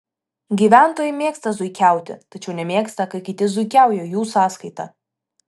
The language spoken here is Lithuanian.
gyventojai mėgsta zuikiauti tačiau nemėgsta kai kiti zuikiauja jų sąskaita